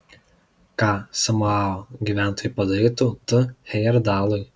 ką samoa gyventojai padarytų t hejerdalui